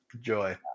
Joy